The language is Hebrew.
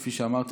וכפי שאמרתי,